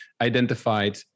identified